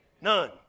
none